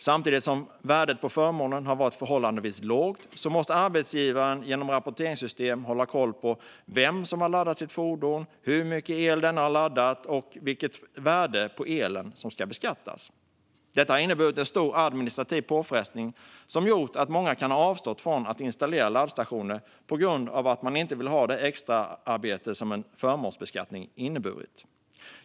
Samtidigt som värdet på förmånen har varit förhållandevis lågt måste arbetsgivaren genom rapporteringssystem hålla koll på vem som har laddat sitt fordon, hur mycket el denne har laddat och vilket värde på elen som ska beskattas. Detta har inneburit en stor administrativ påfrestning som har gjort att många kan ha avstått från att installera laddstationer på grund av att man inte vill ha det extra arbete som en förmånsbeskattning har inneburit.